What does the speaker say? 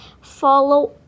Follow